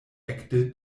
ekde